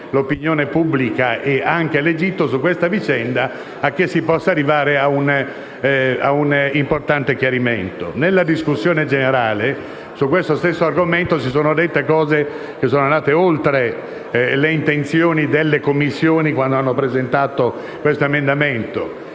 Nella discussione generale su questo stesso argomento si sono dette cose che sono andate oltre alle intenzioni delle Commissioni quando hanno presentato questo emendamento.